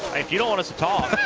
if you don't want us to talk,